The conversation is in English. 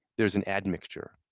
there's an add mixture.